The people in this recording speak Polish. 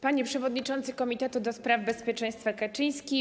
Panie Przewodniczący Komitetu ds. Bezpieczeństwa Kaczyński!